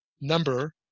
number